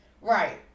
Right